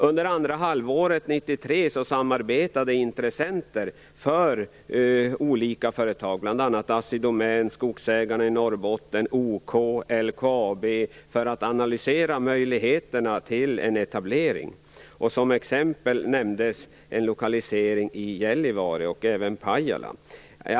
Under andra halvåret 1993 samarbetade intressenter för olika företag, bl.a. Assi Domän, Skogsägarna i Norrbotten, OK och LKAB för att analysera möjligheterna till etablering. Som exempel nämndes lokalisering i Gällivare och Pajala.